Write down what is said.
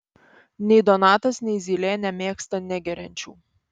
nei donatas nei zylė nemėgsta negeriančių